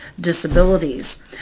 disabilities